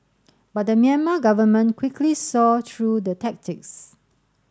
but the Myanmar government quickly saw through the tactics